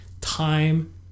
time